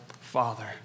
father